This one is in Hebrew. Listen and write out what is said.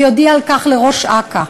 ויודיע על כך לראש אכ"א.